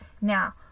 Now